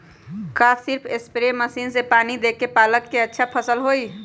का सिर्फ spray machine से पानी देके पालक के अच्छा फसल होई?